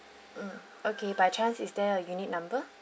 mm okay by chance is there a unit number